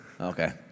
Okay